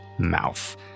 mouth